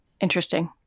Interesting